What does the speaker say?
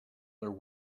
their